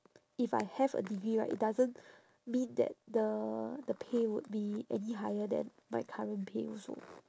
if I have a degree right it doesn't mean that the the pay would be any higher than my current pay also